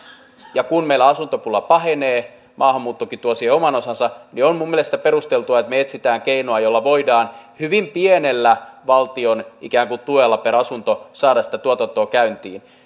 ja kun meillä asuntopula pahenee maahanmuuttokin tuo siihen oman osansa niin on minun mielestäni perusteltua että me etsimme keinoa jolla voidaan hyvin pienellä valtion ikään kuin tuella per asunto saada sitä tuotantoa käyntiin